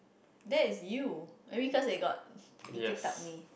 that is you maybe because they got it picked up me